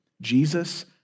Jesus